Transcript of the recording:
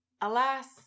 Alas